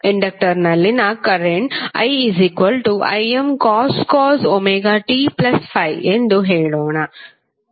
ಇಂಡಕ್ಟರ್ನಲ್ಲಿನ current iImcos ωt∅ ಎಂದು ಹೇಳೋಣ